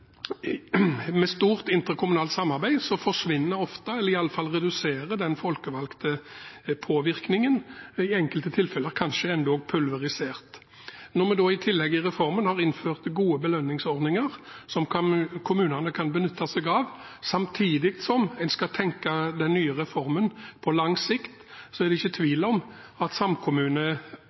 med stort interkommunalt samarbeid forsvinner ofte – eller iallfall reduseres – den folkevalgte påvirkningen og blir i enkelte tilfeller kanskje til og med pulverisert. Når vi da i tillegg i reformen har innført gode belønningsordninger som kommunene kan benytte seg av, samtidig som en skal tenke den nye reformen på lang sikt, er det ikke tvil om at